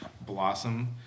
blossom